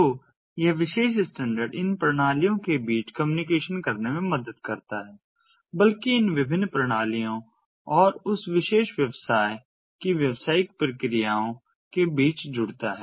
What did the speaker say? तो यह विशेष स्टैंडर्ड इन प्रणालियों के बीच कम्युनिकेशन करने में मदद करता है बल्कि इन विभिन्न प्रणालियों और उस विशेष व्यवसाय की व्यावसायिक प्रक्रियाओं के बीच जुड़ता है